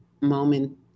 moment